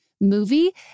movie